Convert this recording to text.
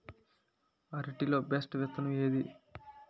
అరటి లో బెస్టు విత్తనం ఏది?